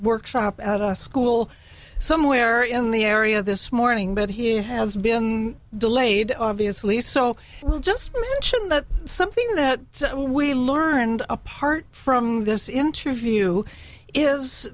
workshop at a school somewhere in the area this morning but he has been delayed obviously so we'll just mention that something that we learned apart from this interview is